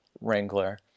wrangler